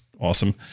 awesome